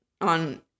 on